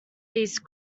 these